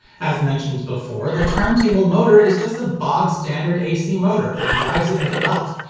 as mentioned before, the turntable motor is just a bog-standard ac motor and drives it with a belt,